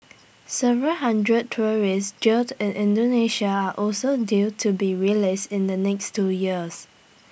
several hundred tourists jailed in Indonesia are also due to be released in the next two years